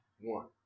One